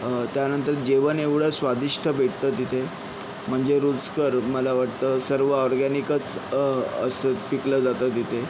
त्यानंतर जेवण एवढं स्वादिष्ट भेटतं तिथे म्हणजे रुचकर मला वाटतं सर्व ऑरगॅनिकच अं असं पिकलं जातं तिथे